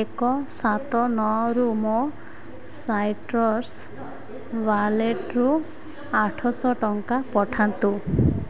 ଏକ ସାତ ନଅରୁ ମୋ ସାଇଟ୍ରସ୍ ୱାଲେଟ୍ରୁ ଆଠଶହ ଟଙ୍କା ପଠାନ୍ତୁ